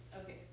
Okay